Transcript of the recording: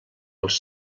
els